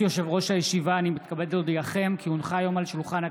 אני קובע כי הצעת החוק התקבלה בקריאה הראשונה,